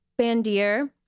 bandier